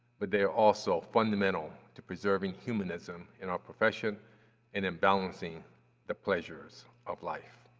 but they are also fundamental to preserving humanism in our profession and in balancing the pleasures of life.